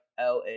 la